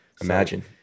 Imagine